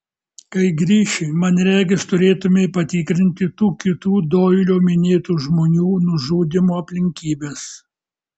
kai grįši man regis turėtumei patikrinti tų kitų doilio minėtų žmonių nužudymo aplinkybes